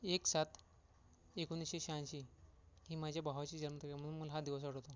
एक सात एकोणीसशे शहाऐंशी ही माझ्या भावाची जन्मतारीख आहे म्हणून मला हा दिवस आठवतो